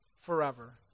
forever